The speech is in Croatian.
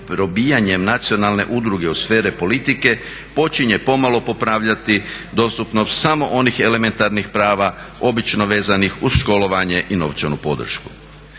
probijanje nacionalne udruge u sfere politike počinje pomalo popravljati dostupnost samo onih elementarnih prava obično vezanih uz školovanje i novčanu podršku.